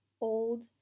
old